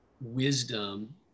wisdom